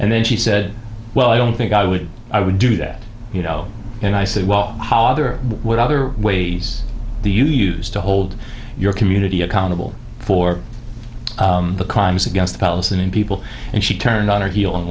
and then she said well i don't think i would i would do that you know and i said well how other would other ways the you used to hold your community accountable for the crimes against the palestinian people and she turned on her heel and